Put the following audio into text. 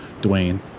dwayne